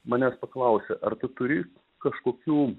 manęs paklausė ar tu turi kažkokių